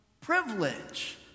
privilege